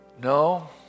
No